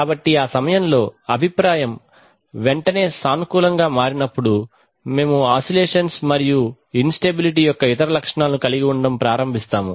కాబట్టి ఆ సమయంలో అభిప్రాయం వెంటనే సానుకూలంగా మారినప్పుడు మేము ఆశీలేషన్స్ మరియు ఇన్ స్టెబిలిటీ యొక్క ఇతర లక్షణాలను కలిగి ఉండటం ప్రారంభిస్తాము